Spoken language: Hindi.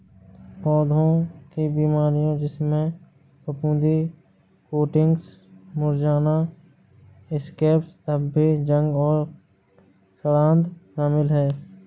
पौधों की बीमारियों जिसमें फफूंदी कोटिंग्स मुरझाना स्कैब्स धब्बे जंग और सड़ांध शामिल हैं